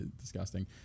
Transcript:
disgusting